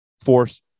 force